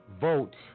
vote